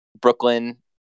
Brooklyn